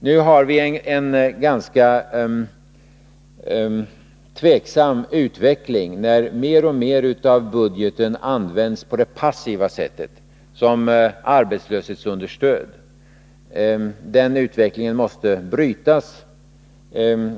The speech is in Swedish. Läget är tveksamt när det gäller utvecklingen nu. En allt större del av budgeten används passivt, till arbetslöshetsunderstöd. Den utvecklingen måste brytas.